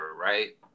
right